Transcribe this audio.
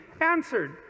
answered